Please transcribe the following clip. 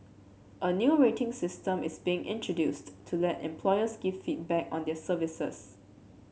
a new rating system is being introduced to let employers give feedback on their services